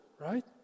right